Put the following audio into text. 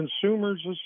Consumers